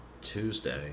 Tuesday